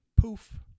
poof